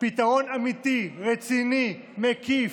פתרון אמיתי, רציני, מקיף,